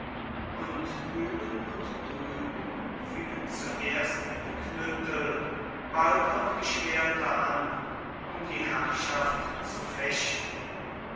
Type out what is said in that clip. und hüben und drüben fingen zuerst die knüttel bald auch die schwerter an um die herrschaft zu fechten